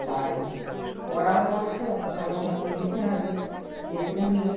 বাড়বে পরামর্শ ভালোভাবে দিতে হবে যে তুমি